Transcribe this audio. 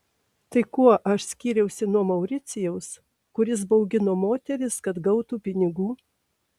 tai kuo aš skyriausi nuo mauricijaus kuris baugino moteris kad gautų pinigų